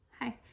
Hi